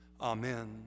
amen